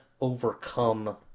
overcome